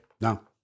No